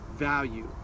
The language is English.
value